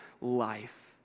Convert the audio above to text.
life